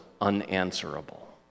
unanswerable